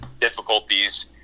difficulties